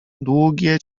długie